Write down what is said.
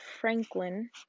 Franklin